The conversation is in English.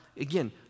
again